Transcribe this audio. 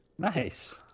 Nice